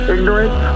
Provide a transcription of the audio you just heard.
Ignorant